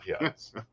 yes